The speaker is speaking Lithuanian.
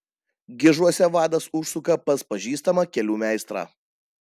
gižuose vadas užsuka pas pažįstamą kelių meistrą